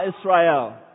Israel